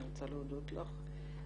אני רוצה להודות לך.